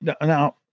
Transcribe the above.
now